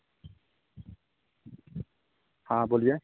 हाँ बोलिए